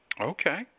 Okay